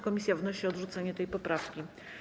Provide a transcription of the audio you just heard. Komisja wnosi o odrzucenie tej poprawki.